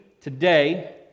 today